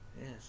Yes